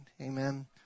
Amen